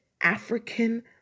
African